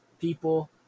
people